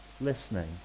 listening